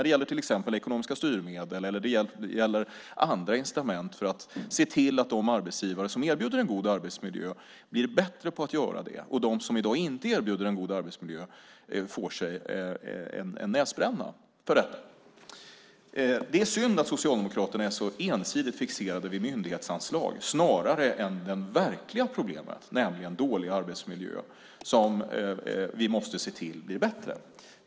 Det gäller till exempel ekonomiska styrmedel eller andra incitament för att se till att de arbetsgivare som erbjuder en god arbetsmiljö blir bättre på att göra det och att de som i dag inte erbjuder en god arbetsmiljö får sig en näsbränna för detta. Det är synd att Socialdemokraterna är så ensidigt fixerade vid myndighetsanslag snarare än vid det verkliga problemet, nämligen dålig arbetsmiljö som vi måste se till blir bättre.